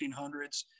1800s